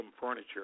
furniture